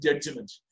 judgment